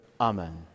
Amen